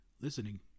listening